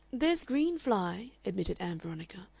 there's green-fly, admitted ann veronica.